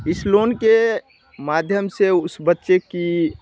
इस लोन के माध्यम से उस बच्चे की